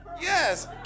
Yes